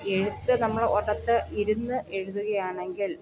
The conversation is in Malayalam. എഴുത്ത് നമ്മൾ ഒരിടത്ത് ഇരുന്ന് എഴുതുകയാണെങ്കിൽ